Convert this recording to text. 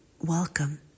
welcome